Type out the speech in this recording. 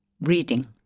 reading